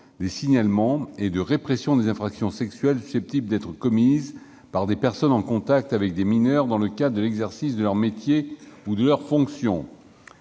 des signalements et de répression des infractions sexuelles susceptibles d'être commises par des personnes en contact avec des mineurs dans le cadre de l'exercice de leur métier ou de leurs fonctions.